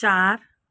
चार